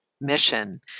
mission